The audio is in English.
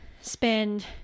spend